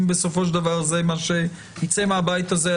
אם זה בסופו של דבר מה שיצא מהבית הזה,